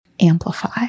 amplify